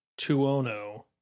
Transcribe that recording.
Tuono